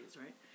right